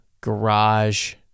garage